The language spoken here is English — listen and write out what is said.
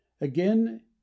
again